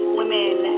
women